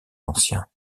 anciens